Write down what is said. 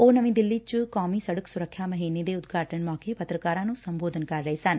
ਉਹ ਨਵੀਂ ਦਿੱਲੀ 'ਕੌਮੀ ਸਤੰਕ ਸੁਰੱਖਿਆ ਮਹੀਨੇ ਦੇ ਉਦਘਾਟਨ ਮੌਕੇ ਪੱਤਰਕਾਰਾਂ ਨੂੰ ਸੰਬੋਧਨ ਕਰ ਰਹੇ ਸਨ